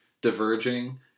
diverging